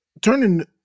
turning